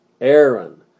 Aaron